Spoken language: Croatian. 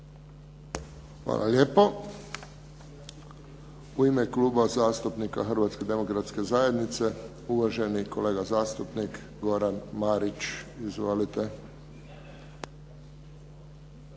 Josip (HSS)** U ime Kluba zastupnika Hrvatske demokratske zajednice, uvaženi kolega zastupnik Goran Marić. Izvolite.